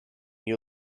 you